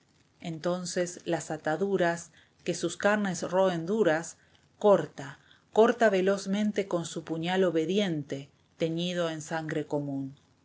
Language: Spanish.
entonces las ataduras que sus carnes roen duras corta corta velozmente con su puñal obediente teñido en sangre común